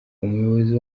umuyobozi